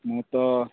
ମୁଁ ତ